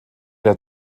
der